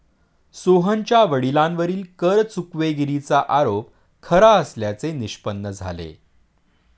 सोहनच्या वडिलांवरील कर चुकवेगिरीचा आरोप खरा असल्याचे निष्पन्न झाले